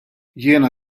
jiena